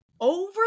over